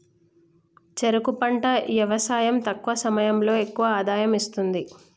చెరుకు పంట యవసాయం తక్కువ సమయంలో ఎక్కువ ఆదాయం ఇస్తుంది